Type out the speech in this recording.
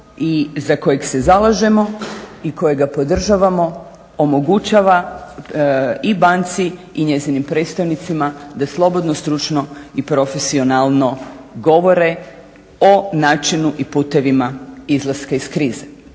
i za kojeg se zalažemo i kojega podržavamo omogućava i banci i njezinim predstavnicima da slobodno, stručno i profesionalno govore o načinu i putevima izlaska iz krize.